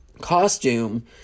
costume